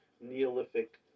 Neolithic